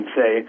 say